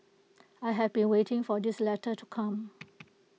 I have been waiting for this letter to come